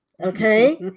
Okay